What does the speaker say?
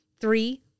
Three